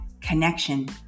Connection